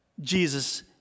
Jesus